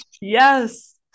yes